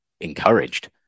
encouraged